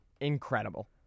incredible